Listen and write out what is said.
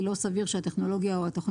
או כי לא סביר שהטכנולוגיה או התוכנית,